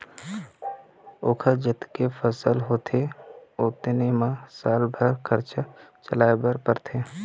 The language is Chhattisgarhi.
ओखर जतके फसल होथे ओतने म साल भर खरचा चलाए बर परथे